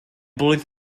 blwydd